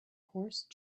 horse